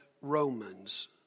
Romans